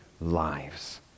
lives